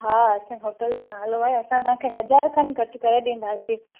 हा असांजी होटल जो नालो आहे असां तव्हांखे हज़ार खनि घटि करे डींदासीं